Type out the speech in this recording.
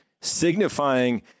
Signifying